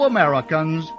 Americans